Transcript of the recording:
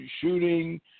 shooting